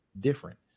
different